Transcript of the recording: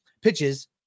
pitches